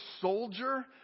soldier